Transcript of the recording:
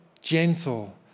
gentle